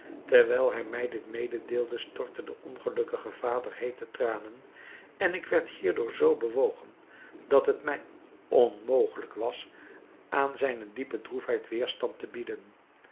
terwijl hij mij dit mededeelde stortte de ongelukkige vader heete tranen en ik werd hierdoor zoo bewogen dat het mij onmogelijk was aan zijne diepe droefheid weêrstand te bieden